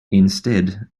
instead